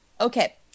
Okay